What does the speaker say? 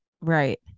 Right